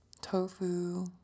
tofu